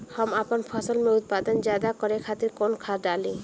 हम आपन फसल में उत्पादन ज्यदा करे खातिर कौन खाद डाली?